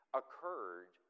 occurred